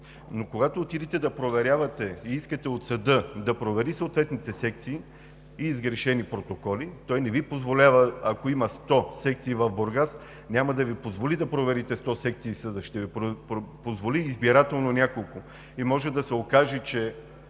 но когато отидете да проверявате и искате от съда да провери съответните секции и сгрешени протоколи, той не Ви позволява. Ако има 100 секции в Бургас, съдът няма да Ви позволи да проверите 100 секции, ще Ви позволи избирателно няколко и може да се окаже, че